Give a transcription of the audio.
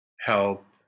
help